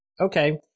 Okay